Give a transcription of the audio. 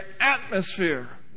atmosphere